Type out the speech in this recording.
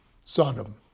Sodom